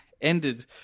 ended